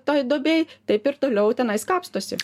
toj duobėj taip ir toliau tenais kapstosi